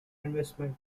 investment